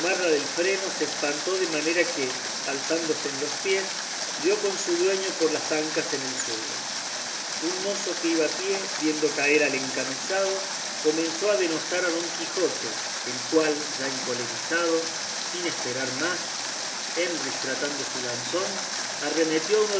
del freno se espantó de manera que alzándose en los pies dio con su dueño por las ancas en el suelo un mozo que iba a pie viendo caer al encamisado comenzó a denostar a don quijote el cual ya encolerizado sin esperar más enristrando su lanzón arremetió